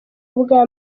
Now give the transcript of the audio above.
ubwa